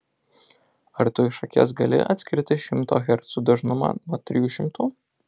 ar tu iš akies gali atskirti šimto hercų dažnumą nuo trijų šimtų